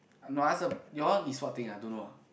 no I ask the your one is what thing ah don't know ah